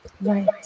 Right